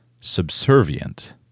subservient